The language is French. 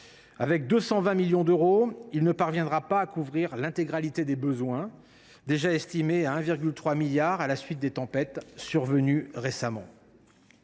de 220 millions d’euros, il ne parviendra pas à couvrir l’intégralité des besoins, déjà estimés à 1,3 milliard d’euros à la suite des tempêtes survenues récemment.